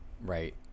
Right